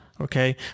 okay